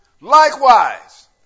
Likewise